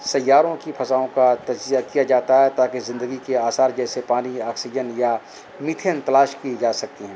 سیاروں کی فضاؤں کا تجزیہ کیا جاتا ہے تاکہ زندگی کے آثار جیسے پانی آکسیجن یا میتھین تلاش کی جا سکتی ہیں